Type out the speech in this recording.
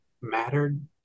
mattered